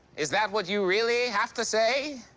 is that what you really have to say.